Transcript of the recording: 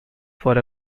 for